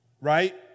right